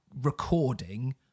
recording